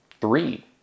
three